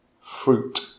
Fruit